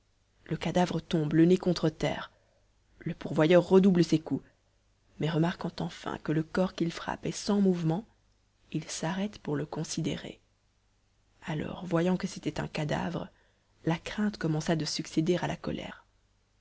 le cadavre tombe le nez contre terre le pourvoyeur redouble ses coups mais remarquant enfin que le corps qu'il frappe est sans mouvement il s'arrête pour le considérer alors voyant que c'était un cadavre la crainte commença de succéder à la colère